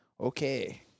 okay